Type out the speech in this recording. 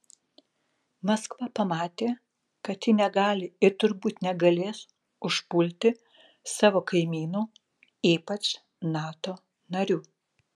maskva pamatė kad ji negali ir turbūt negalės užpulti savo kaimynų ypač nato narių